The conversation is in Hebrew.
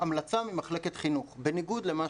המלצה ממחלקת חינוך", בניגוד למה